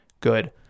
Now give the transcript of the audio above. good